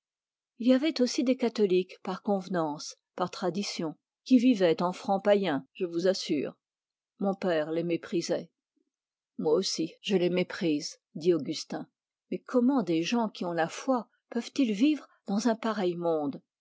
il y avait aussi des catholiques par convenance qui vivaient en francs païens je vous assure mon père les méprisait moi aussi je les méprise dit augustin mais comment des gens qui ont la foi peuvent-ils vivre dans un pareil monde